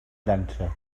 llança